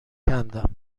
کندم